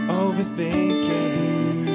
overthinking